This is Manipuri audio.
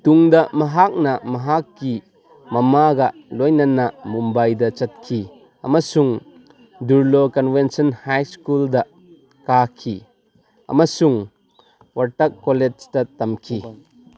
ꯇꯨꯡꯗ ꯃꯍꯥꯛꯅ ꯃꯍꯥꯛꯀꯤ ꯃꯃꯥꯒ ꯂꯣꯏꯅꯅ ꯃꯨꯝꯕꯥꯏꯗ ꯆꯠꯈꯤ ꯑꯃꯁꯨꯡ ꯗꯨꯔꯂꯣ ꯀꯟꯕꯦꯟꯁꯟ ꯍꯥꯏꯁ꯭ꯀꯨꯜꯗ ꯀꯥꯈꯤ ꯑꯃꯁꯨꯡ ꯕꯔꯇꯥꯛ ꯀꯣꯂꯦꯖꯇ ꯇꯝꯈꯤ